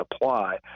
apply